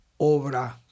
obra